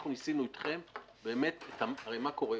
אנחנו ניסינו אתכם --- הרי מה קורה,